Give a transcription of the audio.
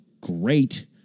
great